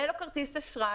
זה לא כרטיס אשראי.